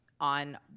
on